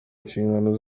nshingano